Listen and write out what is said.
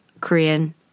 Korean